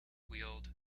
wield